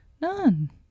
None